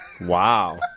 Wow